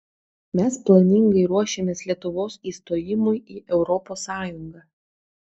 mes planingai ruošėmės lietuvos įstojimui į europos sąjungą